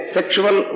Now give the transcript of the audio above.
Sexual